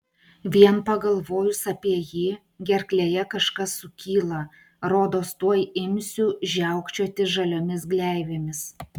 vien pagalvojus apie jį gerklėje kažkas sukyla rodos tuoj imsiu žiaukčioti žaliomis gleivėmis